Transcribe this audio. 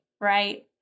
right